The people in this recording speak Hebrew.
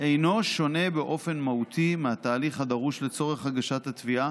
אינו שונה באופן מהותי מהתהליך הדרוש לצורך הגשת התביעה